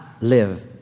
live